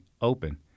open